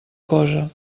cosa